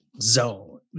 zone